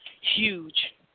huge